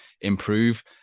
improve